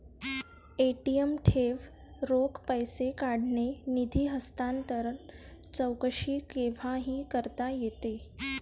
ATM ठेव, रोख पैसे काढणे, निधी हस्तांतरण, चौकशी केव्हाही करता येते